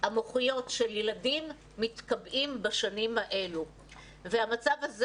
המוחיות של ילדים מתקבעים בשנים האלה והמצב הזה